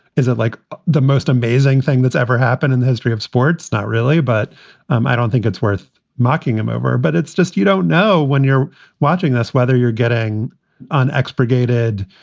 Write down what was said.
is it like the most amazing thing that's ever happened in the history of sports? not really. but um i don't think it's worth mocking him over. but it's just you don't know when you're watching this, whether you're getting unexpurgated,